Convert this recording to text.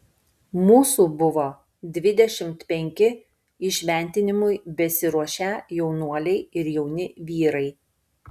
mūsų buvo dvidešimt penki įšventinimui besiruošią jaunuoliai ir jauni vyrai